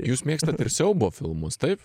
jūs mėgstat ir siaubo filmus taip